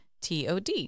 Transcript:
TOD